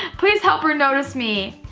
and please help her notice me.